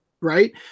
right